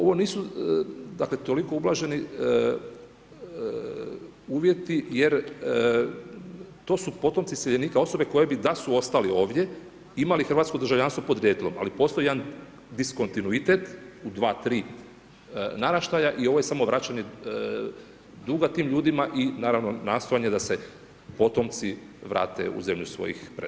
Ovo nisu, dakle toliko ublaženi uvjeti jer to su potomci iseljenika osobe koji bi da su ostali ovdje imali hrvatsko državljanstvo podrijetlom, ali postoji jedan diskontinuitet, u 2, 3 naraštaja i ovo je samo vraćanje duga tim ljudima i naravno nastojanje da se potomci vrate u zemlju svojih predaka.